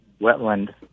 wetland